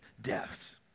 deaths